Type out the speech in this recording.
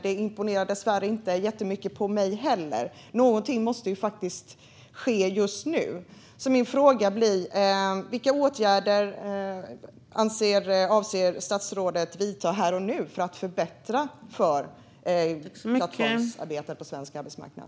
Det imponerar dess värre inte jättemycket på mig heller. Någonting måste faktiskt ske just nu. Min fråga blir: Vilka åtgärder avser statsrådet att vidta här och nu för att förbättra för plattformsarbetare på svensk arbetsmarknad?